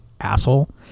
asshole